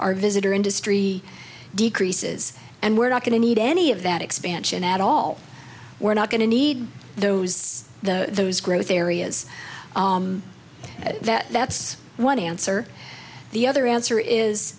our visitor industry decreases and we're not going to need any of that expansion at all we're not going to need those those growth areas that that's one answer the other answer is